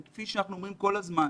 כפי שאנחנו אומרים כל הזמן,